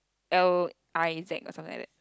L I Z or something like that